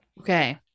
Okay